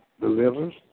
delivers